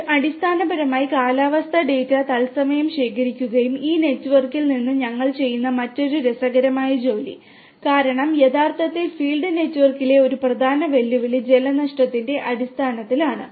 ഇത് അടിസ്ഥാനപരമായി കാലാവസ്ഥാ ഡാറ്റ തത്സമയം ശേഖരിക്കുകയും ഈ നെറ്റ്വർക്കിൽ നിന്ന് ഞങ്ങൾ ചെയ്യുന്ന മറ്റൊരു രസകരമായ ജോലി കാരണം യഥാർത്ഥ ഫീൽഡ് നെറ്റ്വർക്കിലെ ഒരു പ്രധാന വെല്ലുവിളി ജലനഷ്ടത്തിന്റെ അടിസ്ഥാനത്തിലാണ്